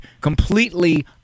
completely